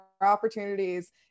opportunities